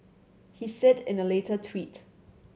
he said in a later tweet